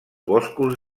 boscos